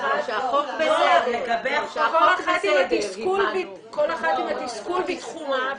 כל אחת עם התסכול בתחומה,